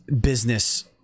business